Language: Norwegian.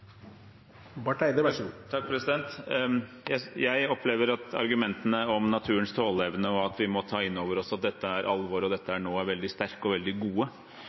Jeg opplever at argumentene om naturens tåleevne og at vi må ta inn over oss at dette er alvor, og at dette er nå, er veldig sterke og veldig gode.